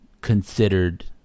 considered